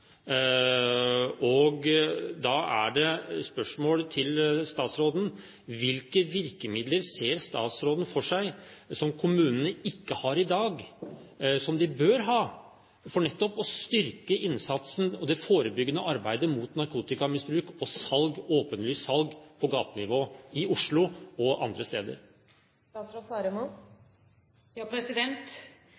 Da er spørsmålet til statsråden: Hvilke virkemidler ser statsråden for seg som kommunene ikke har i dag, men som de bør ha for nettopp å styrke innsatsen og det forebyggende arbeidet mot narkotikamisbruk og åpenlyst salg på gatenivå i Oslo og andre steder?